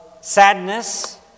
sadness